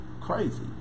crazy